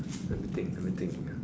let me think let me think